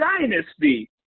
dynasty